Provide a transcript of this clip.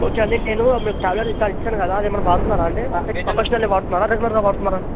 okay అండి నేను మీకు చాలా రా ఇచ్చాను కదా అదేమన్నా వాడుతున్నారా అండి అకేషనల్లీ వాడుతున్నారా రెగ్యులర్గా వాడుతున్నారా